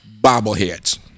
bobbleheads